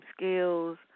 skills